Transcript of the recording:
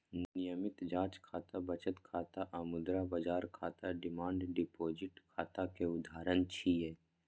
नियमित जांच खाता, बचत खाता आ मुद्रा बाजार खाता डिमांड डिपोजिट खाता के उदाहरण छियै